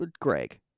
Greg